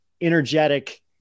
energetic